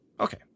Okay